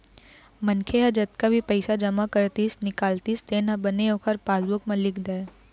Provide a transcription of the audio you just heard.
मनखे ह जतका भी पइसा जमा करतिस, निकालतिस तेन ह बने ओखर पासबूक म लिख दय